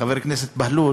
חבר הכנסת בהלול,